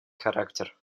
характер